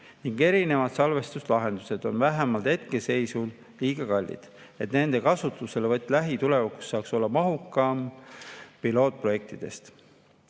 Erinevad salvestuslahendused on vähemalt hetkeseisuga liiga kallid, et nende kasutuselevõtt lähitulevikus saaks olla mahukam pilootprojektidest.